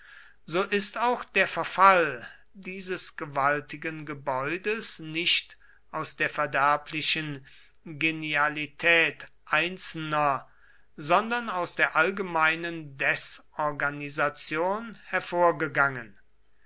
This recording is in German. so ist auch der verfall dieses gewaltigen gebäudes nicht aus der verderblichen genialität einzelner sondern aus der allgemeinen desorganisation hervorgegangen